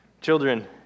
Children